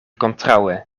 kontraŭe